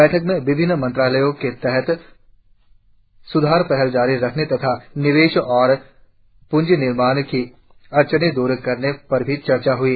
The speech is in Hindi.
बैठक में विभिन्न मंत्रालयों के तहत सुधार पहल जारी रखने तथा निवेश और प्ंजी निर्माण की अडचनें दूर करने पर भी चर्चा हुई